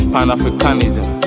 Pan-Africanism